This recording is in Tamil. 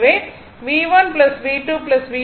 எனவே V1 V2 V3 I Z1 Z2 Z3